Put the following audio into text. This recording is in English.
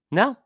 no